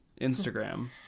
Instagram